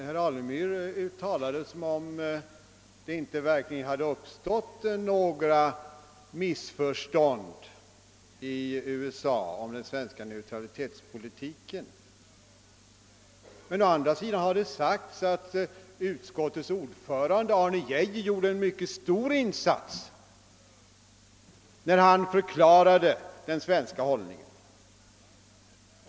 Herr Alemyr talade som om det inte i verkligheten hade uppstått några missförstånd i USA om den svenska neutralitetspolitiken. Å andra sidan har det sagts att utrikesutskottets ordförande Arne Geijer gjorde en stor insats när han förklarade den svenska hållningen.